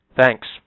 thanks